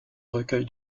recueil